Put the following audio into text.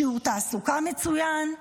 שיעור תעסוקה מצוין,